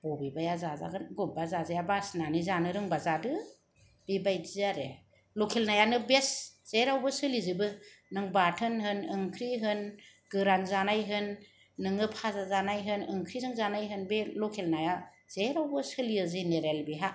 बबेबाया जाजागोन बबेबा जाजाया बासिनानै जानो रोंबा जादो बेबायदि आरो लकेल नायानो बेस्त जेरावबो सोलिजोबो नों बाथोन होन ओंख्रि होन गोरान जानाय होन नोङो फाजा जानाय होन ओंख्रिजों जानाय होन बे लकेल नाया जेरावबो सोलियो जेनेरेल बेहा